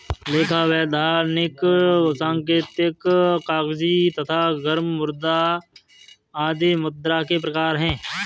लेखा, वैधानिक, सांकेतिक, कागजी तथा गर्म मुद्रा आदि मुद्रा के प्रकार हैं